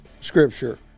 scripture